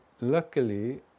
luckily